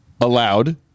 allowed